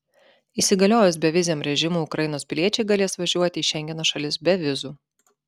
įsigaliojus beviziam režimui ukrainos piliečiai galės važiuoti į šengeno šalis be vizų